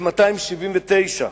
1279,